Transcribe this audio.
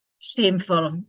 Shameful